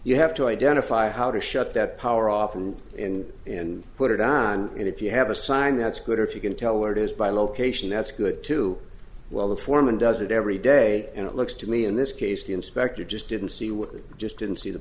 you have to identify how to shut that power off from in and put it on and if you have a sign that's good or if you can tell where it is by location that's good too well the foreman does it every day and it looks to me in this case the inspector just didn't see what we just didn't see the